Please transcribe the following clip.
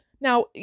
Now